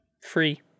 Free